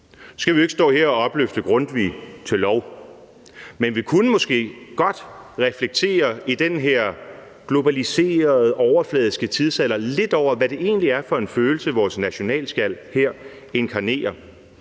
skal vi jo ikke stå her og opløfte Grundtvig til lov, men vi kunne måske godt i denne globaliserede og overfladiske tidsalder reflektere lidt over, hvad det egentlig er for en følelse, vores nationalskjald her inkarnerer,